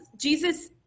Jesus